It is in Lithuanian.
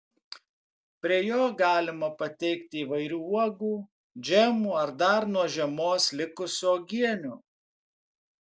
prie jo galima pateikti įvairių uogų džemų ar dar nuo žiemos likusių uogienių